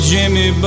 Jimmy